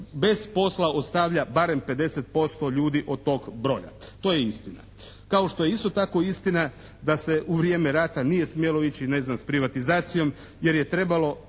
bez posla ostavlja barem 50% ljudi od tog broja. To je istina, kao što je isto tako istina da se u vrijeme rata nije smjelo ići ne znam s privatizacijom jer je trebalo